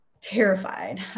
terrified